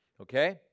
Okay